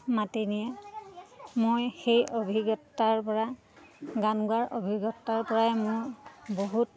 মাতি নিয়ে মই সেই অভিজ্ঞতাৰ পৰা গান গোৱাৰ অভিজ্ঞতাৰ পৰাই মোৰ বহুত